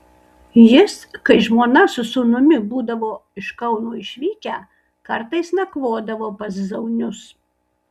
jis kai žmona su sūnumi būdavo iš kauno išvykę kartais nakvodavo pas zaunius